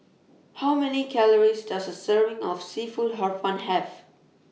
How Many Calories Does A Serving of Seafood Hor Fun Have